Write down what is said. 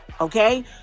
Okay